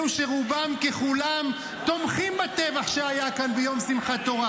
אלו שרובם ככולם תומכים בטבח שהיה כאן ביום שמחת תורה.